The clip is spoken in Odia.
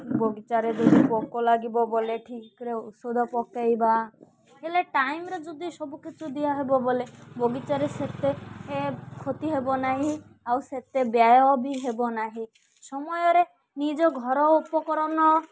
ବଗିଚାରେ ଯଦି ପୋକ ଲାଗିବ ବୋଲେ ଠିକ୍ରେ ଔଷଧ ପକାଇବା ହେଲେ ଟାଇମ୍ରେ ଯଦି ସବୁକିଛି ଦିଆହେବ ବୋଲେ ବଗିଚାରେ ସେତେ କ୍ଷତି ହେବ ନାହିଁ ଆଉ ସେତେ ବ୍ୟୟ ବି ହେବ ନାହିଁ ସମୟରେ ନିଜ ଘର ଉପକରଣ